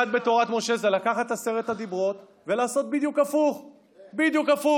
כי הרמב"ם ידע גם פילוסופיה יוונית וגם רפואה וגם תחומי לימודי הליבה,